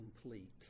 complete